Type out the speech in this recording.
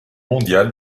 mondial